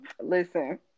Listen